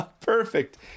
perfect